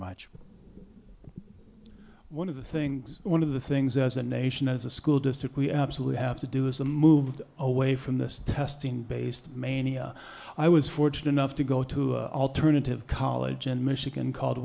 much one of the things one of the things as a nation as a school district we absolutely have to do is a move away from this testing based mania i was fortunate enough to go to an alternative college in michigan called